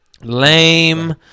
Lame